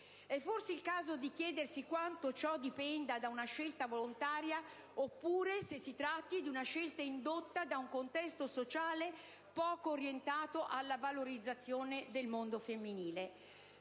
È forse il caso di chiedersi quanto ciò dipenda da una scelta volontaria, oppure se si tratti di una scelta indotta da un contesto sociale poco orientato alla valorizzazione delle donne.